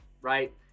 right